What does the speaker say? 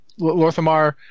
Lorthamar